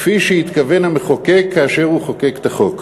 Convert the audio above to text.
כפי שהתכוון המחוקק כאשר חוקק את החוק.